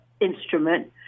instrument